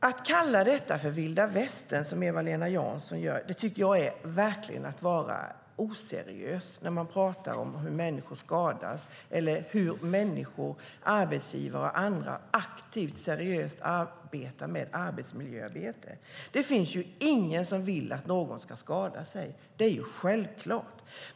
Att kalla detta vilda västern, som Eva-Lena Jansson gör, tycker jag verkligen är att vara oseriös, när man pratar om hur människor skadas eller hur människor, arbetsgivare och andra, aktivt och seriöst arbetar med arbetsmiljöarbete. Det finns ingen som vill att någon ska skada sig - det är självklart.